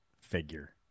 figure